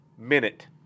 minute